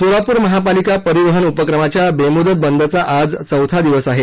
सोलापूर महापालिका परिवहन उपक्रमाच्या बेमुदत बंदचा आज चौथा दिवस आहे